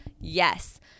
Yes